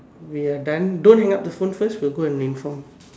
ya done don't hang up the phone first we will go and inform